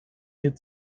mir